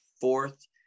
fourth